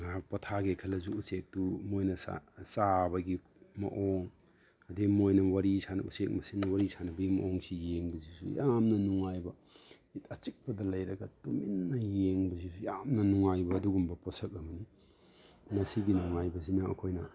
ꯉꯥꯏꯍꯥꯛ ꯄꯣꯊꯥꯒꯦ ꯈꯜꯂꯁꯨ ꯎꯆꯦꯛꯇꯨ ꯃꯣꯏꯅ ꯆꯥꯕꯒꯤ ꯃꯑꯣꯡ ꯑꯗꯒꯤ ꯃꯣꯏꯅ ꯋꯥꯔꯤ ꯁꯥꯟꯅꯕ ꯎꯆꯦꯛ ꯃꯁꯦꯟ ꯋꯥꯔꯤ ꯁꯥꯟꯅꯕꯒꯤ ꯃꯑꯣꯡꯁꯤ ꯌꯦꯡꯕꯁꯤꯁꯨ ꯌꯥꯝꯅ ꯅꯨꯡꯉꯥꯏꯕ ꯑꯆꯤꯛꯄꯗ ꯂꯩꯔꯒ ꯇꯨꯃꯤꯟꯅ ꯌꯦꯡꯕꯁꯤꯁꯨ ꯌꯥꯝꯅ ꯅꯨꯡꯉꯥꯏꯕ ꯑꯗꯨꯒꯨꯝꯕ ꯄꯣꯠꯁꯛ ꯑꯃꯅꯤ ꯃꯁꯤꯒꯤ ꯅꯨꯡꯉꯥꯏꯕꯁꯤꯅ ꯑꯩꯈꯣꯏꯅ